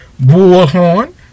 Bullhorn